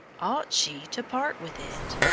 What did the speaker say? ought she to part with it?